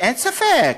אין ספק.